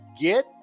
get